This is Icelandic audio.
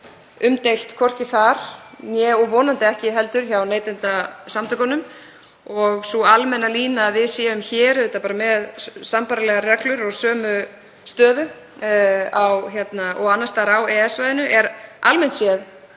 umdeilt, hvorki þar og vonandi ekki heldur hjá Neytendasamtökunum. Sú almenna lína að við séum hér með sambærilegar reglur og sömu stöðu og annars staðar á EES-svæðinu er almennt séð